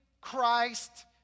Christ